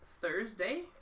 Thursday